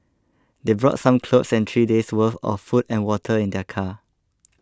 they brought some clothes and three days' worth of food and water in their car